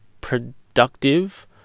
productive